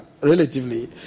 relatively